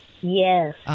Yes